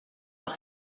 par